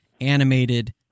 animated